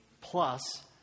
plus